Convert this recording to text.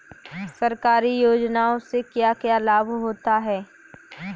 सरकारी योजनाओं से क्या क्या लाभ होता है?